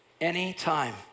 anytime